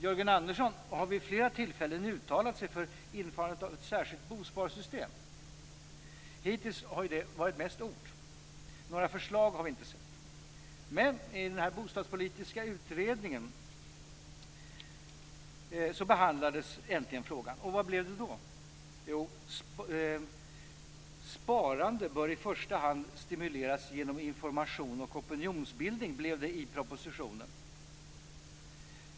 Jörgen Andersson har vid flera tillfällen uttalat sig för införandet av ett särskilt bosparsystem. Hittills har det mest varit ord. Några förslag har vi inte sett. Men i den bostadspolitiska utredningen behandlades äntligen frågan. Och vad blev det då? Jo, "sparande bör i första hand stimuleras genom information och opinionsbildning" blev det i propositionen.